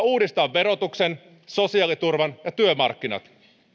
uudistaa verotuksen sosiaaliturvan ja työmarkkinat